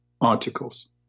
articles